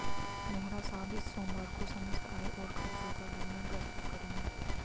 मेहरा साहब इस सोमवार को समस्त आय और खर्चों का विवरण प्रस्तुत करेंगे